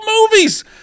movies